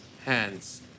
hands